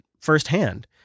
firsthand